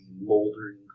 moldering